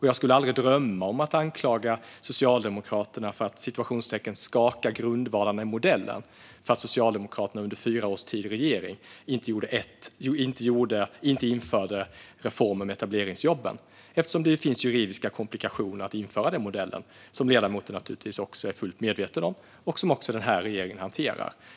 Jag skulle aldrig drömma om att anklaga Socialdemokraterna för att "skaka grundvalarna" i modellen för att Socialdemokraterna under fyra års tid i regering inte införde reformen med etableringsjobben, eftersom införandet av den här modellen innebär juridiska komplikationer - vilket ledamoten naturligtvis är fullt medveten om - som också den här regeringen hanterar.